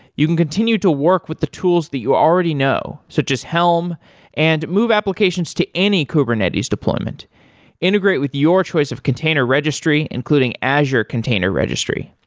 you can continue to work with the tools that you already know, so just helm and move applications to any kubernetes deployment deployment integrate with your choice of container registry, including azure container registry.